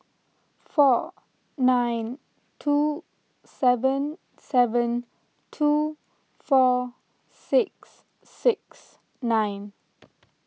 four nine two seven seven two four six six nine